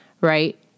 right